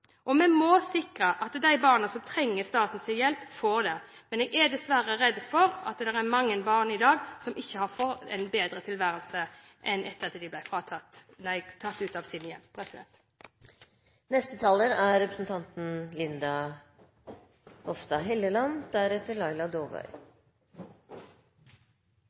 Vi må sikre at de barna som trenger statens hjelp, får det. Men jeg er dessverre redd for at det er mange barn i dag som ikke har fått en bedre tilværelse etter at de ble tatt ut av hjemmet. Jeg vil starte med å gi ros til Kristelig Folkeparti, som har satt denne debatten på dagsordenen. Det er